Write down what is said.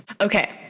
Okay